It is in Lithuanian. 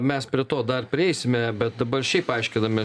mes prie to dar prieisime bet dabar šiaip paaiškiname